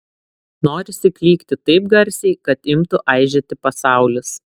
norisi klykti taip garsiai kad imtų aižėti pasaulis